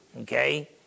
Okay